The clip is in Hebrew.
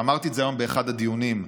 ואמרתי את זה היום באחד הדיונים: